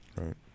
Right